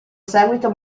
seguito